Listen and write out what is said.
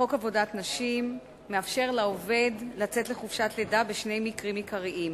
חוק עבודת נשים מאפשר לעובד לצאת לחופשת לידה בשני מקרים עיקריים: